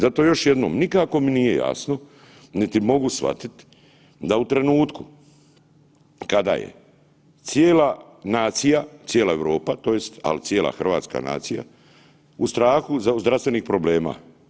Zato još jednom, nikako mi nije jasno, niti mogu svatit, da u trenutku kada je cijela nacija, cijela Europa to jest, al cijela hrvatska nacija u strahu od zdravstvenih problema.